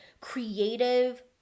creative